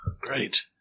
Great